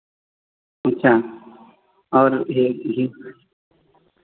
अच्छा और यह यह